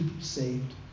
saved